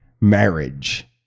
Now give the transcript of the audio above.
Marriage